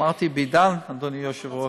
אמרתי, בעידן של היום, אדוני היושב-ראש,